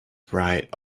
write